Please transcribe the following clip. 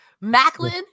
Macklin